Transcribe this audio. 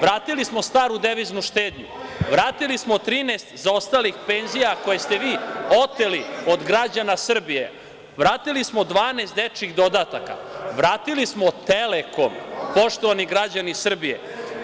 Vratili smo staru deviznu štednju, vratili smo 13 zaostalih penzija koje ste vi oteli od građana Srbije, vratili smo 12 dečjih dodataka, vratili smo „Telekom“, poštovani građani Srbije,